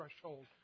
threshold